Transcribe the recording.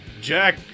Jack